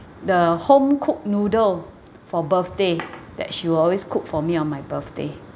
the home cook noodle for birthday that she will always cook for me on my birthday